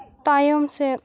ᱛᱟᱭᱚᱢ ᱥᱮᱫ